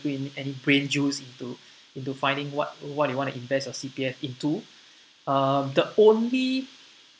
put in any brain juice into into finding what what you want to invest your C_P_F into uh the only